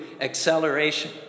acceleration